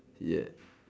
ya